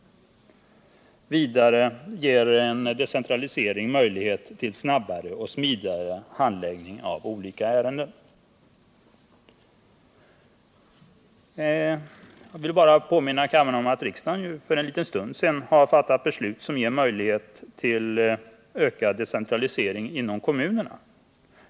Vidare ger en decentralisering möjlighet till snabbare och smidigare handläggning av olika ärenden. Jag vill påminna kammaren om att riksdagen för en liten stund sedan fattade ett beslut som ger möjlighet till ökad decentralisering inom kommunerna.